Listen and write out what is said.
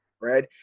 right